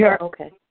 okay